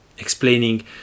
explaining